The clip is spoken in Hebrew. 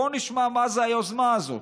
בואו נשמע מה זה היוזמה הזאת.